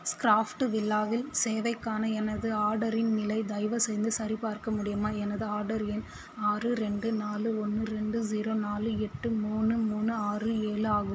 ஸ்க்ராஃப்ட்டு வில்லாவில் சேவைக்கான எனது ஆர்டரின் நிலை தயவுசெய்து சரிபார்க்க முடியுமா எனது ஆடர் எண் ஆறு ரெண்டு நாலு ஒன்று ரெண்டு ஸீரோ நாலு எட்டு மூணு மூணு ஆறு ஏழு ஆகும்